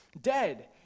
Dead